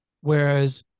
Whereas